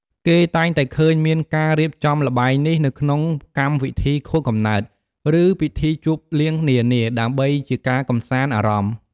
គេតែងតែឃើញមានការរៀបចំល្បែងនេះនៅក្នុងកម្មវិធីខួបកំណើត ឬពិធីជប់លៀងនានា ដើម្បីជាការកម្សាន្តអារម្មណ៍។